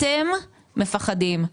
אתם מפחדים.